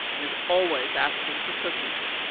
and is always asking for cookies.